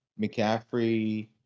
McCaffrey –